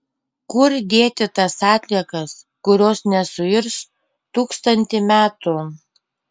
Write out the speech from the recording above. kur dėti tas atliekas kurios nesuirs tūkstantį metų